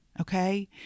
Okay